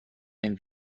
den